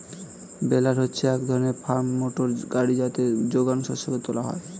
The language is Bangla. বেলার হচ্ছে এক ধরনের ফার্ম মোটর গাড়ি যাতে যোগান শস্যকে তোলা হয়